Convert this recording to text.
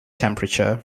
temperature